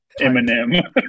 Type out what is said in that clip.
Eminem